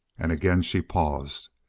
and again she paused.